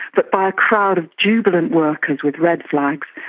but by a crowd of jubilant workers with red flags,